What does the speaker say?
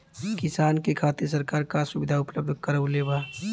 किसान के खातिर सरकार का सुविधा उपलब्ध करवले बा?